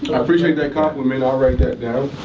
i appreciate that compliment, i'll write that down.